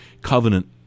covenant